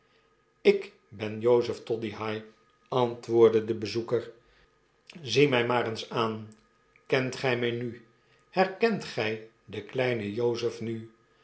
ik ben jozef toddyhigh antwoordde de bezoeker zie my maar eens aan kent gij my nu herkent gy den kleinen jozef nu